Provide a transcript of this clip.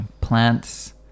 plants